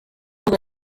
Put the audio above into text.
modu